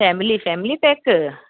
family family pack अथव छा